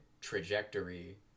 trajectory